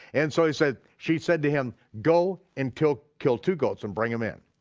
and so she said she said to him, go and kill kill two goats and bring them in.